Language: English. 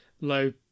low